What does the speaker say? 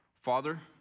Father